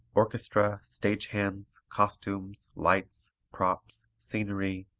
orchestra, stage hands, costumes, lights, props, scenery,